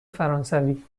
فرانسوی